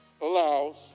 allows